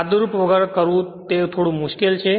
સાદુરૂપ વગર કરવું પણ તે થોડું મુશ્કેલ છે